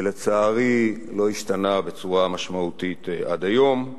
ואשר לצערי לא השתנה בצורה משמעותית עד היום,